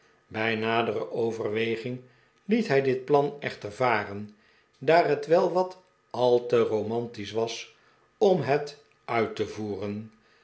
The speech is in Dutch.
bij nadere overweging liet hij dit plan echter varen daar het wel wat al te romantisch was om het uit te voeren